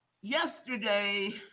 yesterday